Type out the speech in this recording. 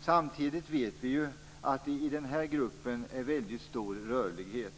Samtidigt vet vi ju att det i den här gruppen finns en väldigt stor rörlighet.